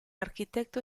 architetto